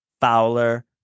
Fowler